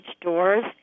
doors